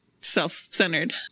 self-centered